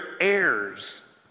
heirs